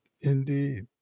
indeed